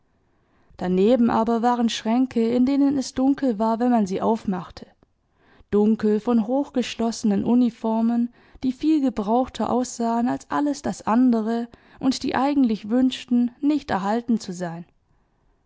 daneben aber waren schränke in denen es dunkel war wenn man sie aufmachte dunkel von hochgeschlossenen uniformen die viel gebrauchter aussahen als alles das andere und die eigentlich wünschten nicht erhalten zu sein